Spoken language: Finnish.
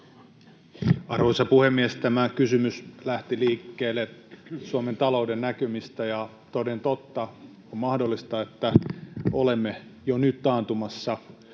Arvoisa puhemies! Tämä kysymys lähti liikkeelle Suomen talouden näkymistä. Toden totta on mahdollista, että olemme jo nyt taantumassa